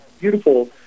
beautiful